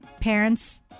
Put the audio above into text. parents